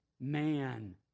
man